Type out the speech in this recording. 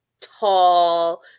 tall